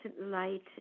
light